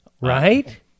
right